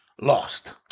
lost